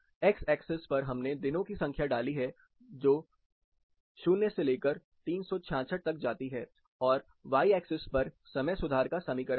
x axis पर हमने दिनों की संख्या डाली है जो शून्य से लेकर 366 तक जाती है और वाई एक्सिस पर समय सुधार का समीकरण है